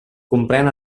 comprèn